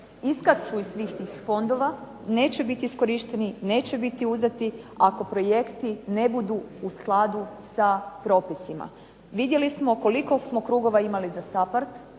iskaču iz svih tih fondova neće biti iskorišteni, neće biti uzeti ako projekti ne budu u skladu sa propisima. Vidjeli smo koliko smo krugova imali za SAPARD,